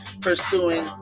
pursuing